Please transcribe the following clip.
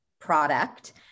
product